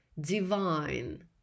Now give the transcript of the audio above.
divine